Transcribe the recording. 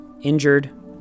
injured